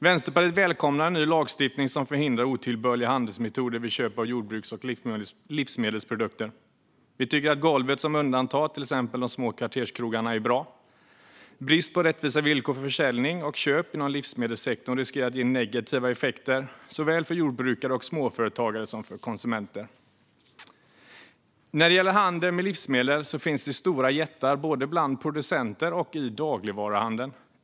Vänsterpartiet välkomnar en ny lagstiftning som förhindrar otillbörliga handelsmetoder vid köp av jordbruks och livsmedelsprodukter. Vi tycker att golvet som undantar till exempel de små kvarterskrogarna är bra. Brist på rättvisa villkor för försäljning och köp inom livsmedelssektorn riskerar att leda till negativa effekter för såväl jordbrukare och småföretagare som konsumenter. Förbud mot otill-börliga handels-metoder vid köp av jordbruks och livsmedelsprodukter När det gäller handel med livsmedel finns det stora jättar, både bland producenter och i dagligvaruhandeln.